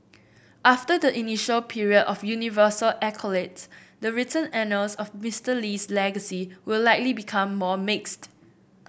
after the initial period of universal accolades the written annals of Mister Lee's legacy will likely become more mixed